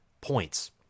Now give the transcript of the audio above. points